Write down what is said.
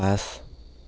পাঁচ